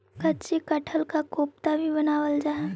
कच्चे कटहल का कोफ्ता भी बनावाल जा हई